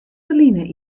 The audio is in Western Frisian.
ferline